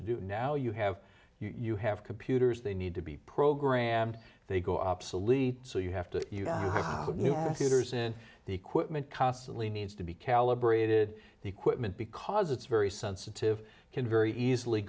to do now you have you have computers they need to be programmed they go obsolete so you have to have seizures in the equipment constantly needs to be calibrated the equipment because it's very sensitive can very easily